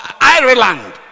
Ireland